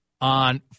On